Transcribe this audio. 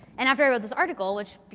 and after i wrote this article, which